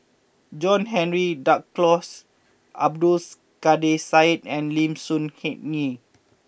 John Henry Duclos Abdul Kadir Syed and Lim Soo Hen Ngee